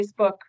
Facebook